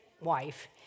wife